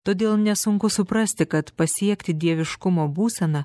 todėl nesunku suprasti kad pasiekti dieviškumo būseną